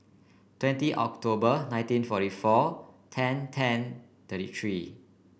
twenty October nineteen forty four ten ten thirty three